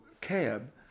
cab